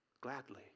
Gladly